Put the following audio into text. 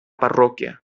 parròquia